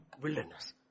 wilderness